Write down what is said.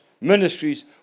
ministries